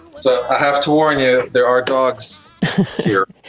so i have to warn you, there are dogs here.